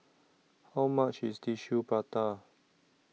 How much IS Tissue Prata